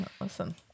Listen